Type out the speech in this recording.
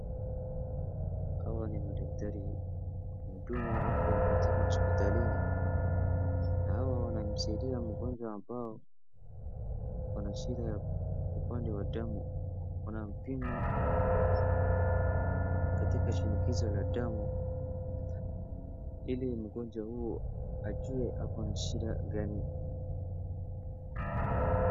Hawa ni madaktari, wahudumu wa afya katika hospitalini, na hawa wanamsaidia mgonjwa ambao ako na shida ya upande wa damu, wanampima katika shinikizo la damu ili mgonjwa huyu ajue ako na shida gani.